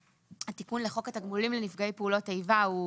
התיקון לחוק התגמולים לנפגעי פעולות איבה הוא